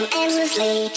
endlessly